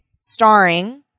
starring